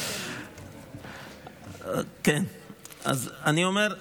אני אומר: